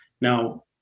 Now